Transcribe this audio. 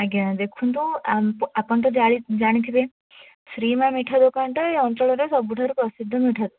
ଆଜ୍ଞା ଦେଖନ୍ତୁ ଆପଣ ତ ଜାଣିଥିବେ ଶ୍ରୀ ମା ମିଠା ଦୋକାନଟା ଏ ଅଞ୍ଚଳରେ ସବୁଠାରୁ ପ୍ରସିଦ୍ଧ ମିଠା ଦୋକାନ